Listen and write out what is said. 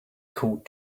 called